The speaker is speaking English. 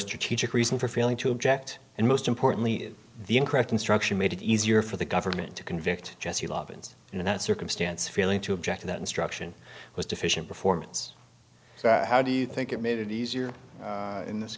strategic reason for failing to object and most importantly the incorrect instruction made it easier for the government to convict jesse levin's in that circumstance failing to object to that instruction was deficient performance so how do you think it made it easier in this